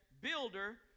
builder